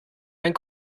ein